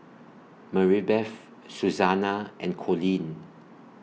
Maribeth Susannah and Coleen